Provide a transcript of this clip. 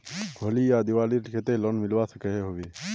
होली या दिवालीर केते लोन मिलवा सकोहो होबे?